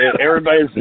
Everybody's